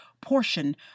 portion